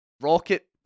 rocket